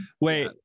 Wait